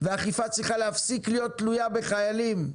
ואכיפה צריכה להפסיק להיות תלויה בחיילים.